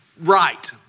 right